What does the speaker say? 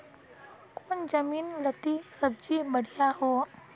कौन जमीन लत्ती सब्जी बढ़िया हों?